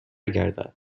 گردد